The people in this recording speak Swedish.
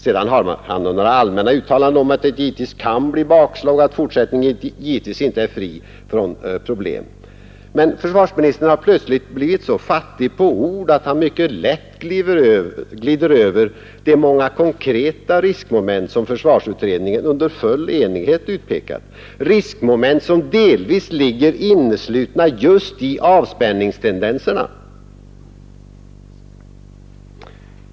Sedan gör försvarsministern några allmänna uttalanden om att det givetvis kan bli bakslag och att fortsättningen naturligtvis inte är fri från problem. Men försvarsministern har plötsligt blivit så fattig på ord att han mycket lätt glider över de många konkreta riskmoment som försvarsutredningen under full enighet utpekar — riskmoment som delvis ligger inneslutna just i avspänningstendenserna.